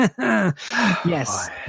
yes